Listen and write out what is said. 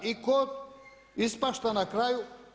I tko ispašta na kraju?